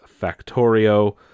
Factorio